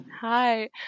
Hi